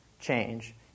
change